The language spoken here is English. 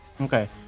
Okay